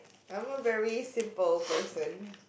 I'm a very simple person